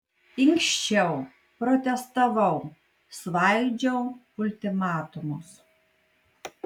inkščiau protestavau svaidžiau ultimatumus